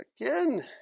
Again